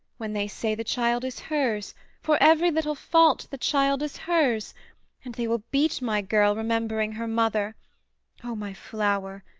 when they say the child is hers for every little fault, the child is hers and they will beat my girl remembering her mother o my flower!